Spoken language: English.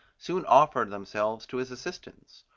soon offered themselves to his assistance.